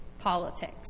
politics